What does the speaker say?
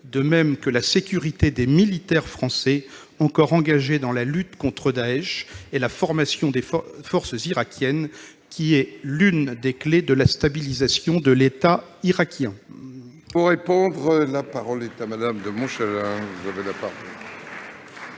de même que la sécurité des militaires français encore engagés dans la lutte contre Daech et la formation des forces irakiennes, qui est l'une des clés de la stabilisation de l'État irakien ? La parole est à Mme la secrétaire